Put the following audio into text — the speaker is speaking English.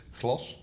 glas